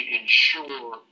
ensure